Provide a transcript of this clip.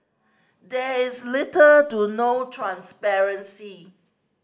there is little to no transparency